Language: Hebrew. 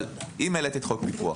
אבל אם העלית אותו,